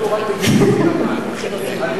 שיתחתנו רק מגיל 20 ומעלה.